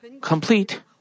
complete